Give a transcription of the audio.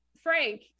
Frank